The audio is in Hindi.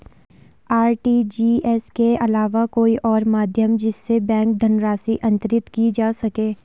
आर.टी.जी.एस के अलावा कोई और माध्यम जिससे बैंक धनराशि अंतरित की जा सके?